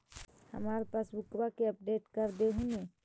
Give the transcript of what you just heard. हमार पासबुकवा के अपडेट कर देहु ने?